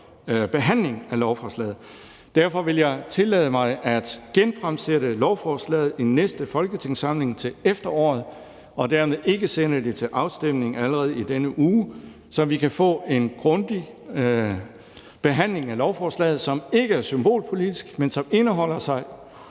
behandling af lovforslaget, og derfor vil jeg tillade mig at genfremsætte lovforslaget i næste folketingssamling, til efteråret – og dermed ikke sende det til afstemning allerede i denne uge – så vi kan få en grundig behandling af lovforslaget, som ikke er symbolpolitik, men som indeholder